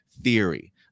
theory